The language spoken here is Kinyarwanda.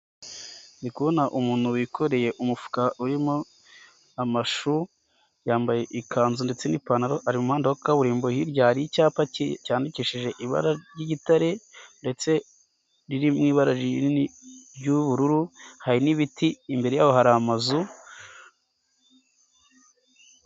ndi kubona muntu wikoreye umufuka urimo amashu, yambaye ikanzu ndetse n'ipantaro arimo kugenda mu muhanda wa kaburimbo hirya hari icyapa cyandikishijwe ibara ry'igitare ndetse ririho ibara rinini ry'ubururu hari n'ibiti, imbere yaho hari amazu.